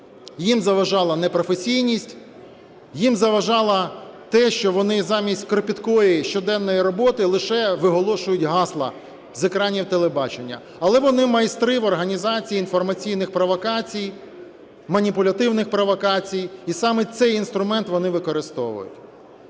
їм заважала непрофесійність. Їм заважало те, що вони, замість кропіткої щоденної роботи, лише виголошують гасла з екранів телебачення. Але вони майстри в організації інформаційних провокацій, маніпулятивних провокацій, і саме цей інструмент вони використовують.